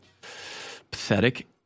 Pathetic